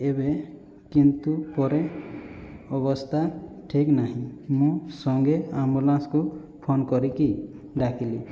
ଏବେ କିନ୍ତୁ ପରେ ଅବସ୍ଥା ଠିକ୍ ନାହିଁ ମୁଁ ସଙ୍ଗେ ଆମ୍ବୁଲାନ୍ସକୁ ଫୋନ କରିକି ଡାକିଲି